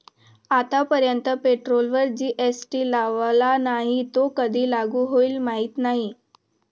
आतापर्यंत पेट्रोलवर जी.एस.टी लावला नाही, तो कधी लागू होईल माहीत नाही